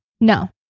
No